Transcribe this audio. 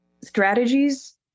strategies